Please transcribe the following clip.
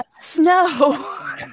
snow